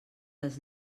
les